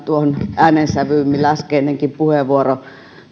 tuohon äänensävyyn millä äskeinenkin puheenvuoro